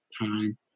time